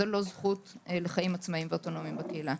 זו לא זכות לחיים עצמאיים ואוטונומיים בקהילה.